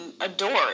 adore